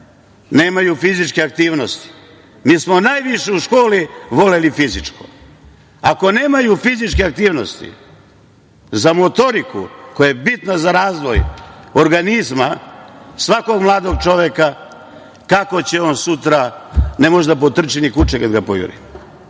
nemaj fizičke aktivnosti. Mi smo najviše u školi voleli fizičko. Ako nemaju fizičke aktivnosti za motoriku, koja je bitna za razvoj organizma svakog mladog čoveka, kako će on sutra ne može da potrči ni kuče kad ga pojuri. Svi